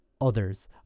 others